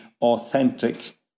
authentic